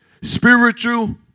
Spiritual